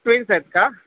twins आहेत का